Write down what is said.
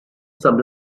some